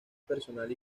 personal